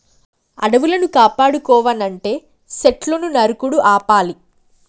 అడవులను కాపాడుకోవనంటే సెట్లును నరుకుడు ఆపాలి